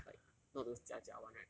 like not those 假假 one right